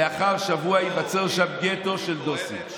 לאחר שבוע ייווצר שם גטו של דוסים.